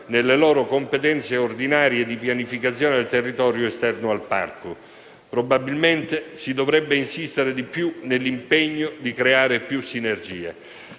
nelle loro competenze ordinarie di pianificazione del territorio esterno al parco. Probabilmente si dovrebbe insistere di più nell'impegno di creare più sinergie